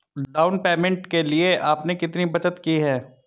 Down payment के लिए आपने कितनी बचत की है?